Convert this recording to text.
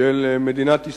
של מדינת ישראל,